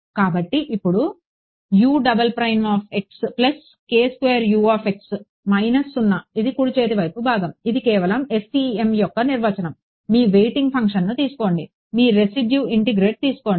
కాబట్టి ఇప్పుడు ఇది కుడి చేతి వైపు భాగం ఇది కేవలం FEM యొక్క నిర్వచనం మీ వేయింగ్ ఫంక్షన్ను తీసుకోండి మీ రెసిడ్యు ఇంటిగ్రేట్ తీసుకోండి